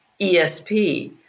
ESP